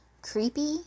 creepy